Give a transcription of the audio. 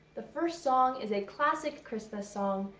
the first song is a classic christmas song,